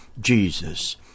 jesus